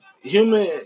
Human